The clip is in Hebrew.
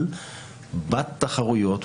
אבל בתחרויות,